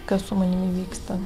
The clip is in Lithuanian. kas su manimi vyksta